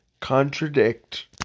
contradict